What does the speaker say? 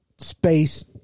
space